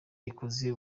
ikoze